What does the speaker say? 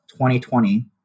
2020